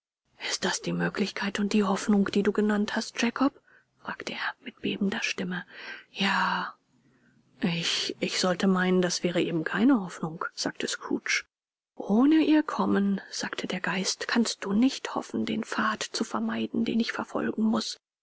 ist das die möglichkeit und die hoffnung die du genannt hast jakob fragte er mit bebender stimme ja ich ich sollte meinen das wäre eben keine hoffnung sagte scrooge ohne ihr kommen sagte der geist kannst du nicht hoffen den pfad zu vermeiden den ich verfolgen muß